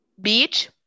Beach